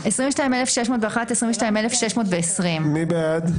22,621 עד 22,640. מי בעד?